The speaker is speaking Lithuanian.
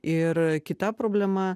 ir kita problema